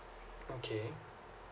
okay